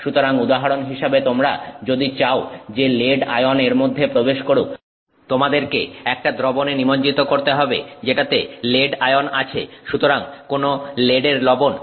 সুতরাং উদাহরণ হিসেবে তোমরা যদি চাও যে লেড আয়ন এর মধ্যে প্রবেশ করুক তোমাদেরকে একটা দ্রবণে নিমজ্জিত করতে হবে যেটাতে লেড আয়ন আছে সুতরাং কোন লেডের লবণ